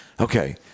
okay